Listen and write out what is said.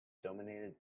dominated